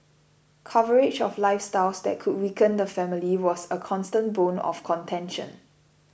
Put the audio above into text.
coverage of lifestyles that could weaken the family was a constant bone of contention